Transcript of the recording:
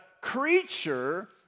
creature